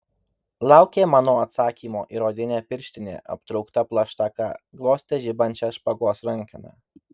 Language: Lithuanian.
laukė mano atsakymo ir odine pirštine aptraukta plaštaka glostė žibančią špagos rankeną